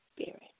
Spirit